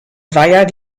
weiher